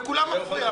לכולם מפריע,